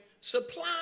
supply